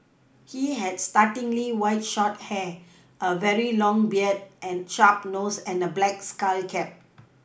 he had startlingly white short hair a very long beard a sharp nose and a black skull cap